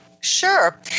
Sure